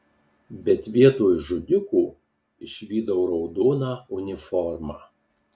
bet vietoj žudiko išvydau raudoną uniformą